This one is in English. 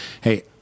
hey—